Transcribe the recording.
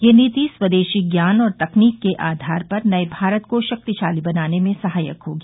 यह नीति स्वदेशी ज्ञान और तकनीक के आधार पर नये भारत को शक्तिशाली बनाने में सहायक होगी